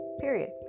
period